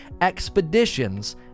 expeditions